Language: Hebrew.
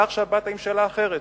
אתה עכשיו באת עם שאלה אחרת,